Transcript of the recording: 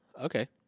Okay